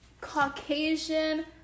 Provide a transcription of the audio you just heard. Caucasian